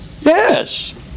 Yes